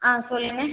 ஆ சொல்லுங்கள்